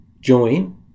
join